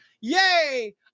Yay